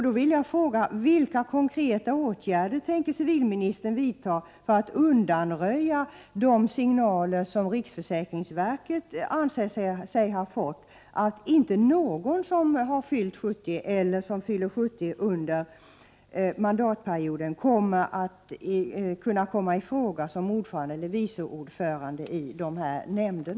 Då vill jag fråga: Vilka konkreta åtgärder tänker civilministern vidta för att undanröja de signaler som riksförsäkringsverket anser sig ha fått om att inte någon som har fyllt eller skall fylla 70 år under mandatperioden kan komma i fråga som ordförande eller vice ordförande i dessa nämnder?